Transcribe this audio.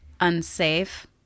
unsafe